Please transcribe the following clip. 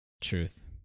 Truth